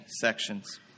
sections